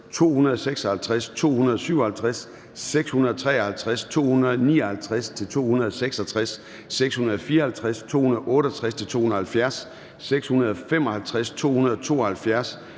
256, 257, 653, 259-266, 654, 268-270, 655, 272-293,